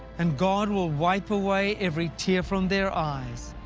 and god will wipe away every tear from their eyes.